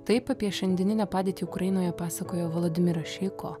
taip apie šiandieninę padėtį ukrainoje pasakojo volodimiras šeiko